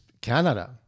Canada